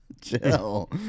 Jill